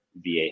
VA